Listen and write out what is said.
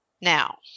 Now